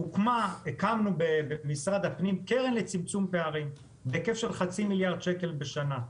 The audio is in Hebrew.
הקמנו במשרד הפנים קרן לצמצום פערים בהיקף של חצי מיליארד שקל בשנה,